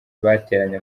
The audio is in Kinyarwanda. bateranye